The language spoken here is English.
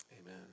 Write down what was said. amen